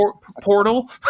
portal